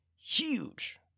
huge